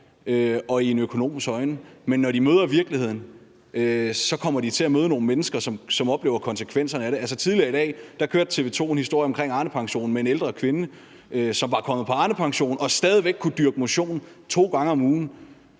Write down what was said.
og i en økonoms øjne, men at de, når de møder virkeligheden, kommer til at møde nogle mennesker, som oplever konsekvenserne af det. Tidligere i dag kørte TV 2 en historie om Arnepensionen med en ældre kvinde, som var kommet på Arnepension, og som stadig væk kunne dyrke motion to gange om ugen.